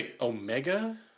Omega